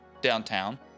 downtown